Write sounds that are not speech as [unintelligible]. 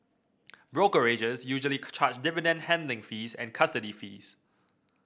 brokerages usually [unintelligible] charge dividend handling fees and custody fees